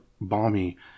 balmy